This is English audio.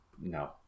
No